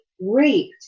raped